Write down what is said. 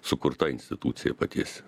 sukurta institucija paties